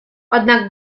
однак